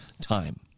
time